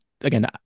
again